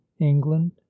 England